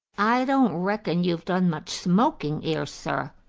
i don't reckon you've done much smoking ere, sir,